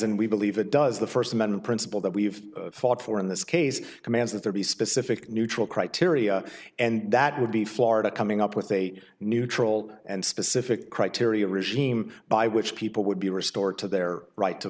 and we believe it does the first amendment principle that we fought for in this case commands that there be specific neutral criteria and that would be florida coming up with a neutral and specific criteria regime by which people would be restored to their right to